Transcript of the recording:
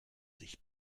sich